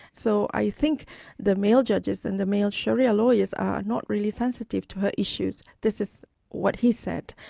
so i think the male judges, and the male sharia lawyers are not really sensitive to her issues. this is what he said.